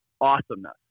awesomeness